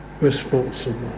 responsible